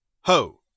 Ho